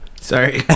Sorry